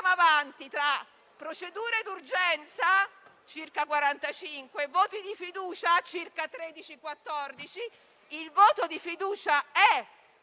avanti tra procedure d'urgenza, circa 45, e voti di fiducia, circa 13 o 14. Il voto di fiducia è